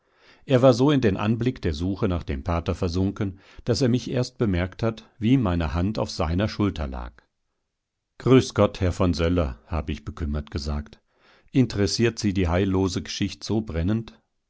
er war so in den anblick der suche nach dem pater versunken daß er mich erst bemerkt hat wie meine hand auf seiner schulter lag grüß gott herr von söller habe ich bekümmert gesagt interessiert sie die heillose geschicht so brennend